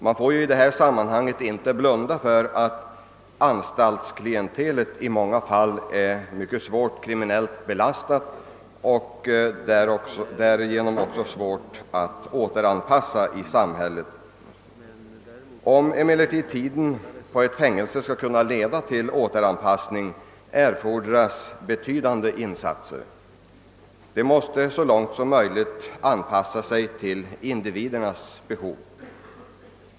Man får emellertid i detta sammanhang inte blunda för att anstaltsklientelet i många fall är mycket svårt kriminellt belastat och svårt att anpassa till samhället. Om omhändertagande i ett fängelse skall kunna leda till återanpassning erfordras betydande insatser. Dessa måste så långt det är möjligt utformas efter individens behov.